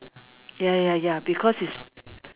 ya ya ya because he's